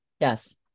Yes